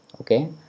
okay